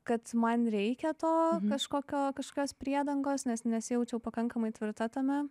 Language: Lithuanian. kad man reikia to kažkokio kažkokios priedangos nes nesijaučiau pakankamai tvirta tame